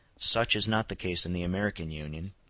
such is not the case in the american union,